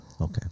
Okay